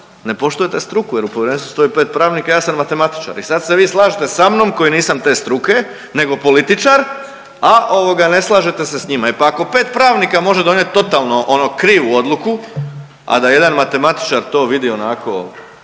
Ne poštujete struku jer u Povjerenstvu stoji 5 pravnika, ja sam matematičar i sad se vi slažete sa mnom koji nisam te struke nego političar, a ovoga, ne slažete se s njima pa ako 5 pravnika može donijeti totalno ono krivu odluku, a da jedan matematičar to vidi onako